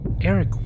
Eric